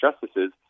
justices